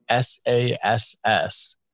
SASS